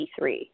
1983